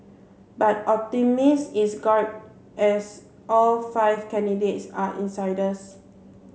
but is guarded as all five candidates are insiders